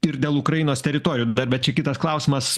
ir dėl ukrainos teritorijų be bet čia kitas klausimas